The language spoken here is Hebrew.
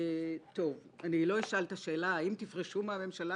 לא אשאל את השאלה: אם תפרשו מהממשלה,